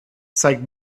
zeigt